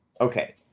Okay